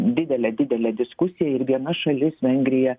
didelę didelę diskusiją ir viena šalis vengrija